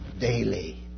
daily